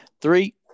Three